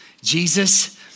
Jesus